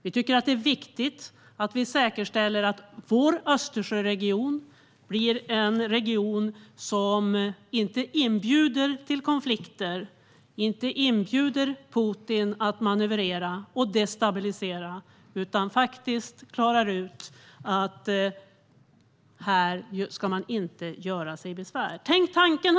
Vi tycker att det är viktigt att vi säkerställer att vår Östersjöregion blir en region som inte inbjuder till konflikter och inte inbjuder Putin att manövrera och destabilisera utan faktiskt klarar ut att man här inte ska göra sig besvär. Herr talman!